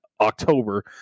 October